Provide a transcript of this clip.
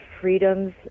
freedoms